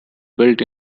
built